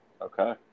Okay